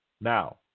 now